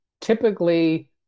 typically